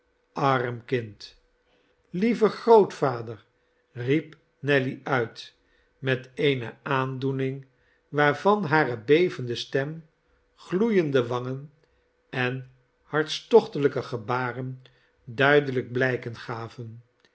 arm kind lieve grootvader riep nelly uit met eene aandoen'ing waarvan hare bevende stem gloeiende wangen en hartstochtelijke gebaren duidelijke blijken gaven